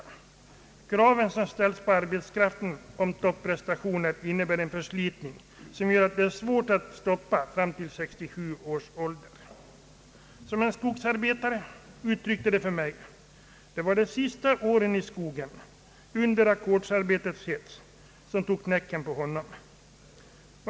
De krav som ställs på arbetskraften i fråga om topprestationer innebär en förslitning som gör att det är svårt för de anställda att stoppa fram till 67 års ålder. En skogsarbetare uttryckte det för mig på det sättet, att det var de sista åren i skogen under ackordsarbetets hets som tog knäcken på honom.